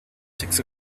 six